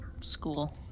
school